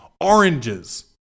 oranges